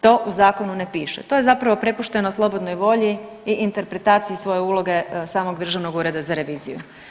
To u zakonu ne piše, to je zapravo prepušteno slobodnoj volji i interpretaciji svoje uloge samog Državnog ureda za reviziju.